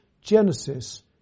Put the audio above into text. Genesis